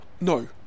No